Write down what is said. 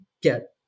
get